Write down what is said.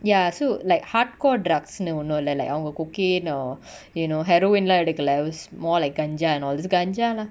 ya so like hardcore drugs ன்னு ஒன்னு இல்ல:nu onnu illa like அவங்க:avanga cocaine or you know heroin lah எடுக்கல:edukala was more like ganjaa and all this ganjaa lah